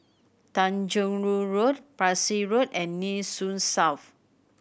Tanjong Rhu Road Parsi Road and Nee Soon South